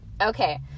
Okay